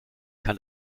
kann